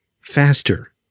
faster